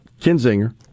Kinzinger